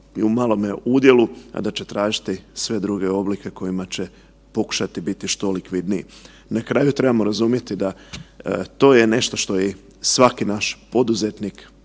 i u malome udjelu, a da će tražiti sve druge oblike kojima će pokušati biti što likvidniji. Na kraju trebamo razumjeti da to je nešto što je i svaki naš poduzetnik,